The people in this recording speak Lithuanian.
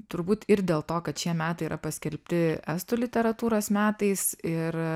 turbūt ir dėl to kad šie metai yra paskelbti estų literatūros metais ir